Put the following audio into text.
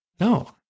no